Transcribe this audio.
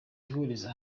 ihuriza